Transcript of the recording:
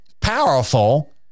powerful